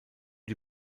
die